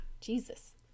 Jesus